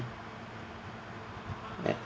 an